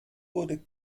wurde